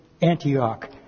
Antioch